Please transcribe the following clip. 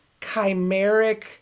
chimeric